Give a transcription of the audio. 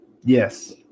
Yes